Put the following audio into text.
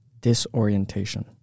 disorientation